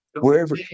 wherever